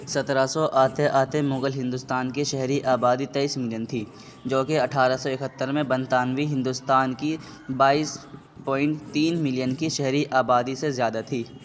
سترہ سو آتے آتے مغل ہندوستان کی شہری آبادی تئیس ملین تھی جو کہ اٹھارہ سو اکہتر میں برطانوی ہندوستان کی بائیس پوائنٹ تین ملین کی شہری آبادی سے زیادہ تھی